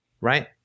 right